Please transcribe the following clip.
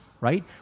right